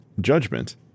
Judgment